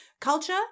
culture